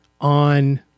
on